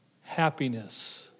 happiness